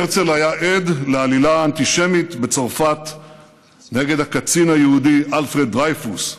הרצל היה עד לעלילה האנטישמית בצרפת נגד הקצין היהודי אלפרד דרייפוס,